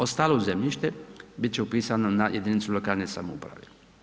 Ostalo zemljište bit će upisano na jedinicu lokalne samouprave.